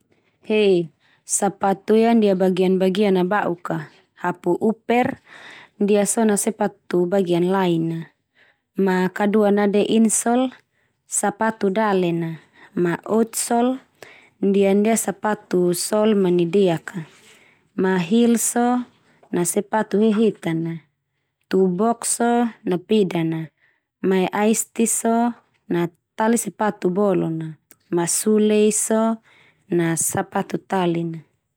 He, sapatu ia ndia bagian-bagian na ba'uk ka. Hapu uper, ndia so na sapatu bagian lain na. Ma Kadua nade insol sapatu dalen na, ma out sol ndia-ndia sapatu sol manai deak ka ma hils so, na sapatu hehetan na, to boks so na pedan na ma aisti so na tali sapatu bolon na, ma su leis so na sapatu talin na.